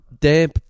damp